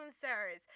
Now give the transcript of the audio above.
sirs